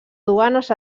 duanes